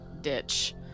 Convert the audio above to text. ditch